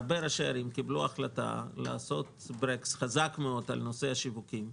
הרבה ראשי ערים קיבלו החלטה לעשות ברקס חזק מאוד על נושא השיווקים.